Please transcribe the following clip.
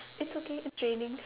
it's okay it's raining